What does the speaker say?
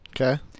Okay